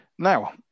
Now